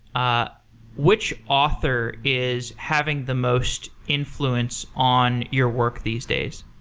ah which author is having the most influence on your work these days?